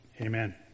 Amen